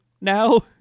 now